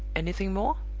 anything more?